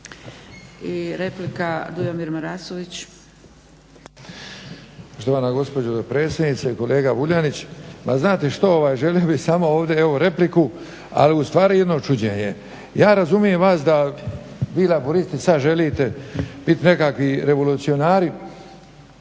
I replika Dujomir Marasović.